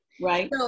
Right